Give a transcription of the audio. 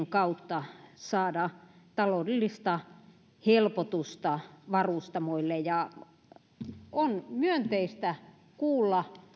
kautta saada taloudellista helpotusta varustamoille on myönteistä kuulla